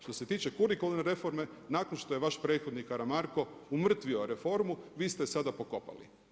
Što se tiče kurikuralne reforme, nakon što je vaš prethodnik Karamarko umrtvio reformu, vi ste je sada pokopali.